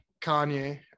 Kanye